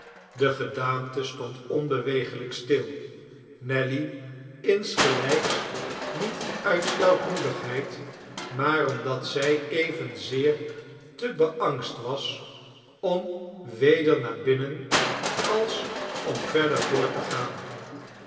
de gedaante stond onbewegelijk stil nelly insgelijks niet uit stoutmoedigheid maar omdat zij evenzeer te beangst was om weder naar binnen als om verder voort te gaan